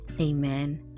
Amen